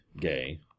gay